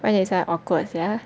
不然你才 awkward sia